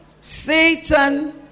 Satan